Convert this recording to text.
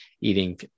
eating